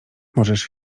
możesz